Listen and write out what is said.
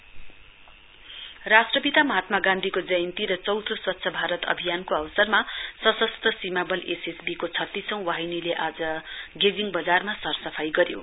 स्वच्छता ही सेवा राष्ट्रपिता महात्मा गान्धीको जयन्ती र चौथो स्वच्छ भारत अभियानको अवसरमा सशस्त्र सीमा बल एसएसबीको छतीसौं वाहिनीले गेजिङ बजारमा सरसफाई गऱ्यो